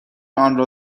آنرا